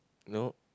no